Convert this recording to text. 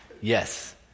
Yes